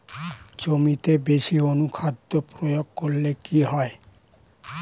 জমিতে বেশি অনুখাদ্য প্রয়োগ করলে কি হয়?